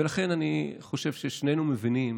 ולכן אני חושב ששנינו מבינים